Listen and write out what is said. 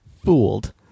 fooled